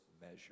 measure